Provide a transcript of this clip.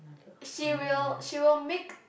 she will she will make